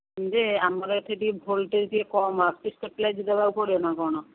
ଯେ ଆମର ଏଇଠି ଟିକିଏ ଭୋଲ୍ଟେଜ୍ ଟିକିଏ କମ୍ ଆସୁଛି ଷ୍ଟେବିଲାଇଜ୍ ଦେବାକୁ ପଡ଼ିବ ନା କ'ଣ